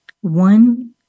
One